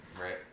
right